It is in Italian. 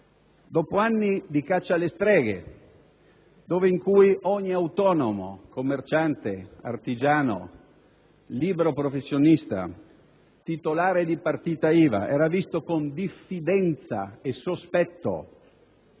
dopo anni di caccia alle streghe in cui ogni lavoratore autonomo, commerciante, artigiano, libero professionista, titolare di partita IVA, era visto con diffidenza e sospetto,